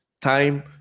time